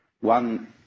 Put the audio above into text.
one